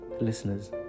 listeners